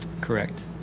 Correct